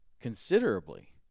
considerably